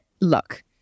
Look